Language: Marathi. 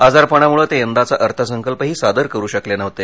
आजारपणामुळे ते यंदाचा अर्थसंकल्पही सादर करू शकले नव्हते